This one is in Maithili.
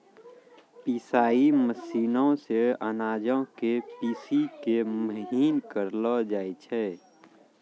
पिसाई मशीनो से अनाजो के पीसि के महीन करलो जाय छै